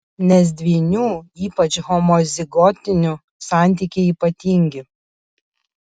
nes dvynių ypač homozigotinių santykiai ypatingi